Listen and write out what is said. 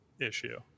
issue